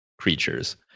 creatures